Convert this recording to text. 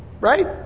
Right